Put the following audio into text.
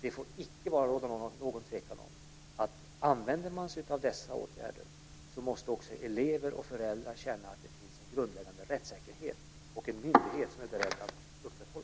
Det får inte råda någon tvekan om att använder man sig av dessa åtgärder måste också elever och föräldrar känna att det finns en grundläggande rättssäkerhet och en myndighet som är beredd att upprätthålla den.